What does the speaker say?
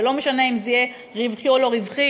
שלא משנה אם זה יהיה רווחי או לא רווחי,